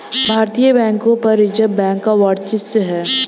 भारतीय बैंकों पर रिजर्व बैंक का वर्चस्व है